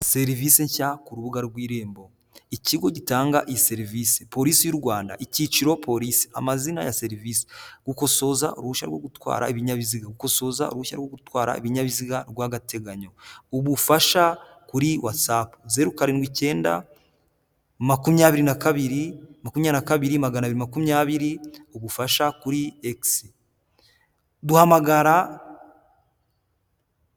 Serivisi nshya ku rubuga rw'Irembo, Ikigo gitanga iyi serivisi Polisi y'u Rwanda, icyiciro Polisi amazina ya serivisi, gukosoza uruhushya rwo gutwara ibinyabiziga, gukosoza uruhushya rwo gutwara ibinyabiziga rw'agateganyo, ubufasha kuri whatsap, zeru karindwi, icyenda makumyabiri na kabiri, makumyabiri na kabiri, maganabiri makumyabiri, ubufasha kuri X duhamagara.